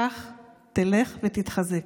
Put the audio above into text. כך תלך ותתחזק.